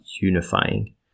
unifying